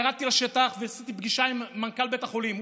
ירדתי לשטח וקיימתי פגישה עם מנכ"ל בית החולים תל השומר.